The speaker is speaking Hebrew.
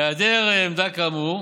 בהיעדר עמדה כאמור,